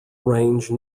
range